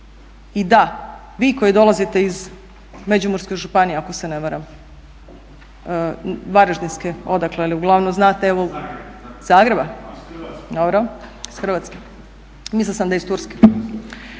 I da, vi koji dolazite iz Međimurske županije ako se ne varam, Varaždinske, odakle… … /Upadica se ne razumije./ … Zagreba? Dobro, iz Hrvatske, mislila sam da iz Turske.